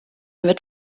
mit